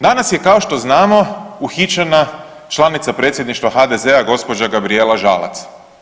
Danas je kao što znamo uhićena članica Predsjedništva HDZ-a gospođa Gabrijela Žalac.